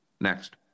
Next